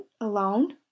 alone